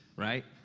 right,